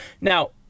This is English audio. Now